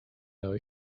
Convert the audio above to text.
know